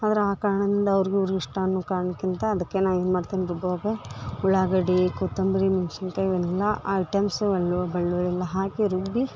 ಆದ್ರೆ ಆ ಕಾರಣದಿಂದ ಅವ್ರ್ಗ ಇವ್ರ ಇಷ್ಟ ಅನ್ನೊ ಕಾರಣಕ್ಕಿಂತ ಅದಕ್ಕೆ ನಾನು ಏನು ಮಾಡ್ತೀನಿ ರುಬ್ಬುವಗೆ ಉಳ್ಳಾಗಡ್ಡಿ ಕೊತ್ತಂಬರಿ ಮೆಣ್ಸಿನ ಕಾಯಿ ಇವೆಲ್ಲಾ ಐಟಮ್ಸ ಅಲ್ಲಾ ಬೆಳ್ಳುಳಿ ಎಲ್ಲ ಹಾಕಿ ರುಬ್ಬಿ